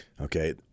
Okay